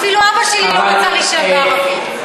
אפילו אבא שלי לא מצא לי שם בערבית.